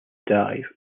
dive